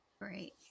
Right